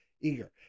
Eager